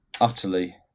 utterly